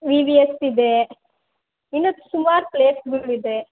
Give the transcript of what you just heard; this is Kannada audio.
ವಿ ವಿ ಎಸ್ ಇದೆ ಇನ್ನೂ ಸುಮಾರು ಪ್ಲೇಸ್ಗಳಿದೆ